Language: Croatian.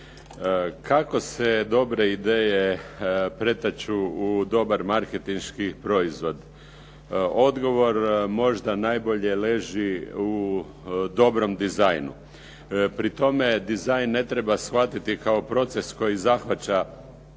Kako se dobre ideje pretaču u dobar marketinški proizvod? Odgovor možda najbolje leži u dobrom dizajnu. Pri tome dizajn treba shvatiti kao proces koji zahvaća